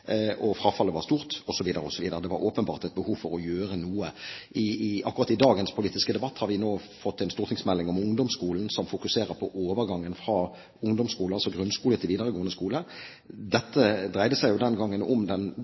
frafallet var stort, osv. Det var åpenbart et behov for å gjøre noe. Akkurat i dagens politiske debatt har vi nå fått en stortingsmelding om ungdomsskolen som fokuserer på overgangen fra ungdomsskole, altså grunnskole, til videregående skole. Den gangen dreide det seg